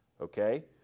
Okay